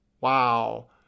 Wow